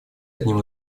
одним